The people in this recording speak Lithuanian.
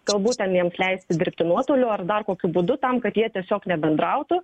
galbūt ten jiems leisti dirbti nuotoliu ar dar kokiu būdu tam kad jie tiesiog nebendrautų